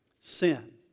sin